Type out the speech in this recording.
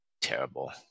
terrible